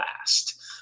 last